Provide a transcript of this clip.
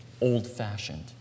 old-fashioned